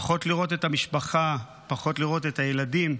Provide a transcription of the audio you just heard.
פחות לראות את המשפחה, פחות לראות את הילדים,